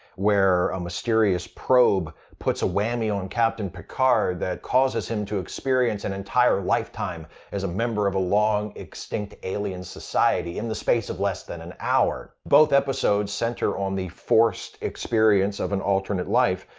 where a mysterious probe puts a whammy on captain picard that causes him to experience an entire lifetime as a member of a long-extinct alien society in the space of less than an hour. both episodes center on the forced experience of an alternate life,